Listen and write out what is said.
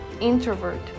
introvert